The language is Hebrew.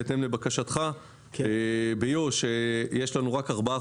בהתאם לבקשתך תמונת מצב לגבי הפריפריה.